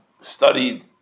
studied